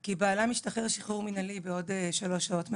כי בעלה משתחרר הליך של שחרור מנהלי בעוד שלוש שעות מהכלא.